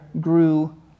grew